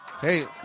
Hey